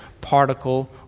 particle